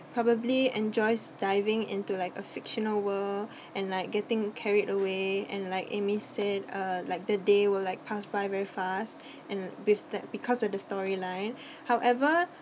probably enjoys diving into like a fictional world and like getting carried away and like said uh like the day will like pass by very fast and with that because of the story line however